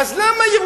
למה,